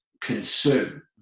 consume